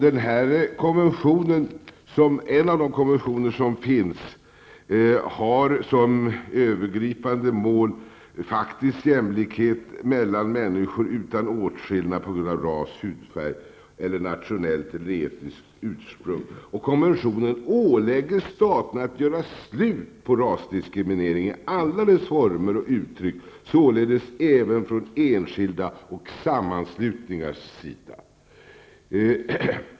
En av de konventioner som finns har såsom övergripande mål faktiskt jämlikhet mellan människor utan åtskillnad på grund av ras, hudfärg eller nationellt eller etniskt ursprung. Konventionen ålägger staterna att göra slut på rasdiskriminering i alla dess former och uttryck, således även från enskildas och sammanslutningars sida.